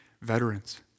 veterans